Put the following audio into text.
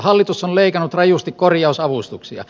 hallitus on leikannut rajusti kor jausavustuksia